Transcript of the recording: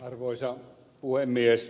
arvoisa puhemies